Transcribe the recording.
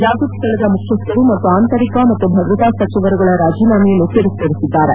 ಜಾಗೃತದಳದ ಮುಖ್ಯಸ್ಥರು ಮತ್ತು ಆಂತರಿಕ ಮತ್ತು ಭದ್ರತಾ ಸಚಿವರುಗಳ ರಾಜೀನಾಮೆಯನ್ನು ತಿರಸ್ಥರಿಸಿದ್ದಾರೆ